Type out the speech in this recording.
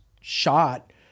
shot